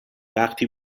وقتی